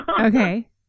okay